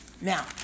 Now